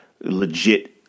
legit